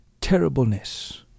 terribleness